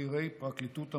בכירי פרקליטות המדינה,